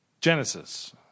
Genesis